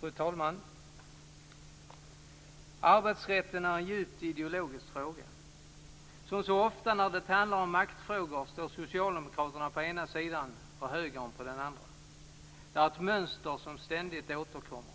Fru talman! Arbetsrätten är en djupt ideologisk fråga. Som så ofta när det handlar om maktfrågor står Socialdemokraterna på ena sidan och högern på den andra. Det är ett mönster som ständigt återkommer.